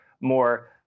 more